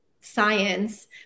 science